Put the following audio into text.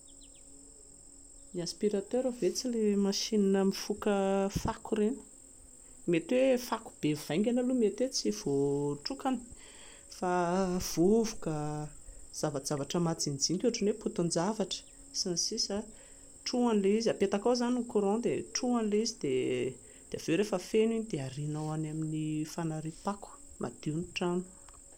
Ny aspirateur ve tsy ilay machine mifoka fako ireny? Mety hoe fako be mivaingana aloha mety hoe tsy voatrokany fa vovoka, zavajavatra majinijinika ohatran'ny hoe potin-javatra sns, trohany ilay izy, apetakao izany ny courant dia trohany ilay izy dia avy eo rehefa feno iny dia arianao any amin'ny fanariam-pako, madio ny trano